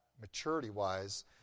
maturity-wise